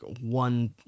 one